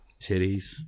Titties